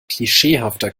klischeehafter